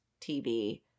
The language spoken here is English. tv